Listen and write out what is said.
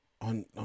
on